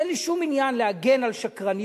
אין לי שום עניין להגן על שקרניות,